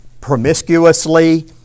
promiscuously